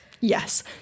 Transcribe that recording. Yes